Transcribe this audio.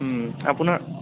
আপোনাৰ